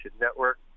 Network